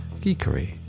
geekery